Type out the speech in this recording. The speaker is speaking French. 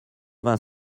vingt